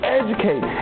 educate